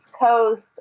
coast